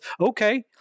okay